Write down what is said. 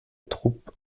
troupe